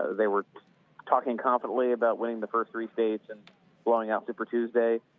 they were talking confidently about winning the first three states and blowing out super tuesday.